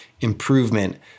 improvement